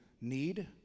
need